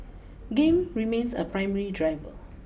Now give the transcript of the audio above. game remains a primary driver